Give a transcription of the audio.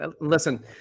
listen